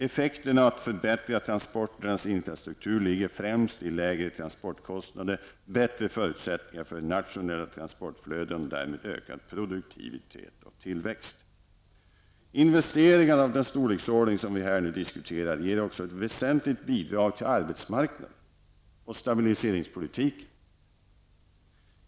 Effekten av att förbättra transporternas infrastruktur ligger främst i lägre transportkostnader, bättre förutsättningar för nationella transportflöden och därmed ökad produktivitet och tillväxt. Investeringar av den storlek som vi här diskuterar ger också ett väsentligt bidrag till arbetsmarknaden och stabiliseringspolitiken.